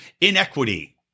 inequity